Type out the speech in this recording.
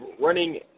running